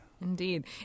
indeed